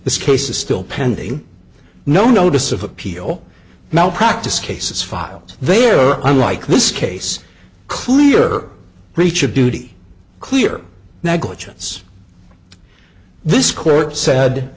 this case is still pending no notice of appeal now practice cases filed there i like this case clear breach of duty clear negligence this court said